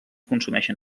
consumeixen